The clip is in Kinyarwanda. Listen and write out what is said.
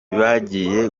bagiye